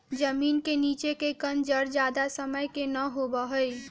जमीन के नीचे के कंद जड़ ज्यादा समय के ना होबा हई